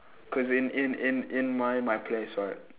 cause in in in in my my place right